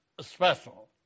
special